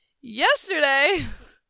yesterday